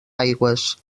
aigües